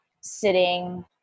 sitting